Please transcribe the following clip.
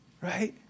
right